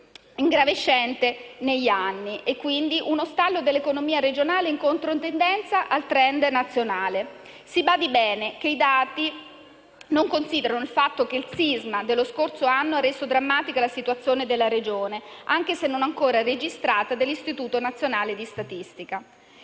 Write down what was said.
ingravescente negli anni e, quindi, uno stallo dell'economia regionale, in controtendenza rispetto al *trend* nazionale. Si badi bene, i dati non considerano il fatto che il sisma dello scorso anno ha reso drammatica la situazione della Regione, anche se non ancora registrata dall'Istituto nazionale di statistica.